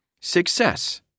Success